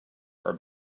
are